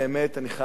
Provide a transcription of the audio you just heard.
אני חייב לומר,